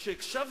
כולם מטפלים,